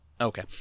Okay